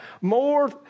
more